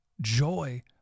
joy